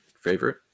favorite